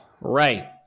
Right